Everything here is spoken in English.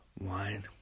Wine